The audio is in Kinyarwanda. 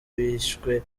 bishwe